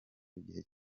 igihe